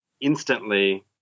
instantly